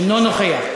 אינו נוכח,